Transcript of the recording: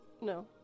No